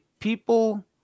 People